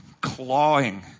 clawing